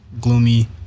Gloomy